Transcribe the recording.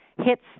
hits